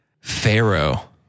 Pharaoh